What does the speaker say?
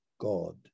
God